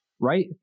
right